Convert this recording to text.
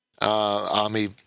army